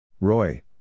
Roy